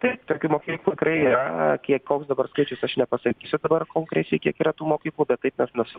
taip tokių mokyklų tikrai yra kiek koks dabar skaičius aš nepasakysiu dabar konkrečiai kiek yra tų mokyklų bet taip mes mes